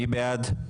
מי בעד?